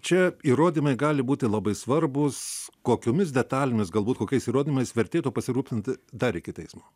čia įrodymai gali būti labai svarbūs kokiomis detalėmis galbūt kokiais įrodymais vertėtų pasirūpinti dar iki teismo